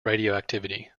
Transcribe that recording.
radioactivity